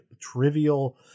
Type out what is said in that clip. trivial